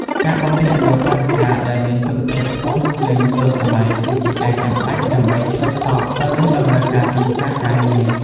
ការបំពាក់នូវបរិក្ខារដែលមានគុណភាពខ្ពស់និងទាន់សម័យគឺជាការចាំបាច់ដើម្បីឆ្លើយតបទៅនឹងតម្រូវការទីផ្សារការងារ។